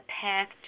path